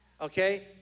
Okay